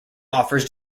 offers